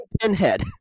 pinhead